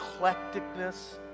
eclecticness